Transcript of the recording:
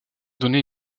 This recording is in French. donner